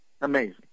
Amazing